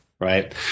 Right